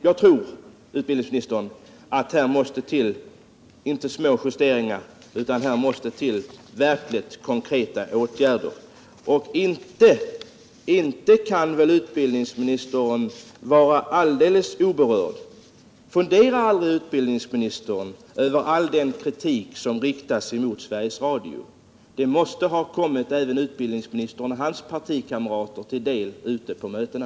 Jag tror, utbildningsministern, att här måste till inte små justeringar, utan verkligt konkreta åtgärder! Inte kan väl utbildningsministern vara alldeles oberörd. Funderar aldrig utbildningsministern över all den kritik som riktas mot Sveriges Radio? Den måste ha kommit även utbildningsministern och hans partikamrater till del ute på mötena.